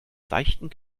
seichten